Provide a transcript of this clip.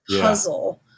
puzzle